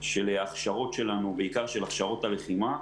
של הכשרות שלנו, בעיקר הכשרות הלחימה.